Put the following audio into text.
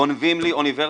גונבים לי אוניברסיטה.